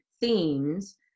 themes